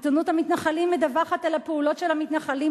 עיתונות המתנחלים מדווחת על הפעולות של המתנחלים